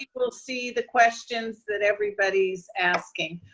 will see the questions that everybody is asking,